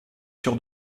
sur